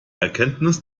erkenntnis